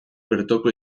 bertoko